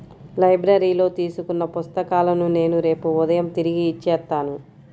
లైబ్రరీలో తీసుకున్న పుస్తకాలను నేను రేపు ఉదయం తిరిగి ఇచ్చేత్తాను